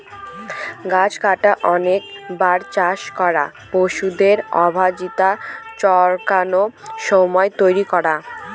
গাছ কাটা, অনেকবার চাষ করা, পশুদের অবাঞ্চিত চড়ানো, সড়ক তৈরী করা